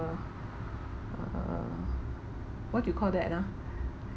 err what do you call that ah